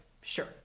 sure